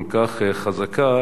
כל כך חזקה,